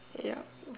yup